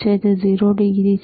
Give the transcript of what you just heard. શું તે 0 ડિગ્રી છે